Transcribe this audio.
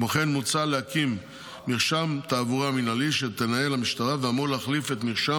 כמו כן מוצע להקים מרשם תעבורה מינהלי שתנהל המשטרה ואמור להחליף את מרשם